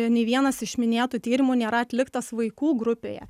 nei vienas iš minėtų tyrimų nėra atliktas vaikų grupėje